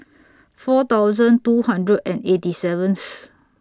four thousand two hundred and eighty seventh